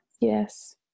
yes